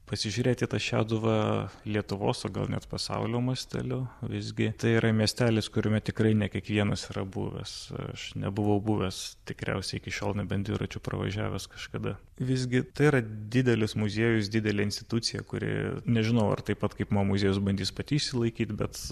pasižiūrėt į tą šeduvą lietuvos o gal net pasaulio masteliu visgi tai yra miestelis kuriame tikrai ne kiekvienas yra buvęs aš nebuvau buvęs tikriausiai iki šiol nebent dviračiu pravažiavęs kažkada visgi tai yra didelis muziejus didelė institucija kuri nežinau ar taip pat kaip mo muziejus bandys pati išsilaikyt bet